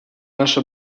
наше